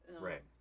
right